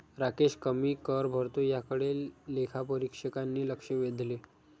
राकेश कमी कर भरतो याकडे लेखापरीक्षकांनी लक्ष वेधले